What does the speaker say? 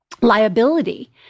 liability